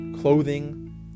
clothing